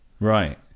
Right